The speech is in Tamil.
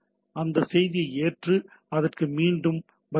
அந்தச் செய்தியை ஏற்று அதற்கு மீண்டும் பதிலளிக்கும்